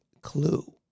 clue